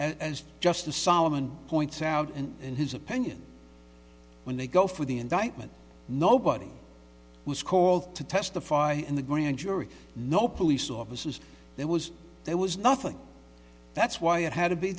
and just the solomon points out and in his opinion when they go for the indictment nobody was called to testify in the grand jury no police officers there was there was nothing that's why it had to be